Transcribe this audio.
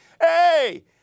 Hey